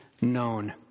known